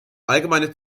allgemeine